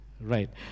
Right